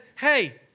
hey